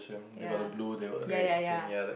ya ya ya ya